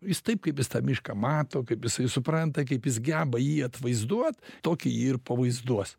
jis taip kaip jis tą mišką mato kaip jisai supranta kaip jis geba jį atvaizduot tokį jį ir pavaizduos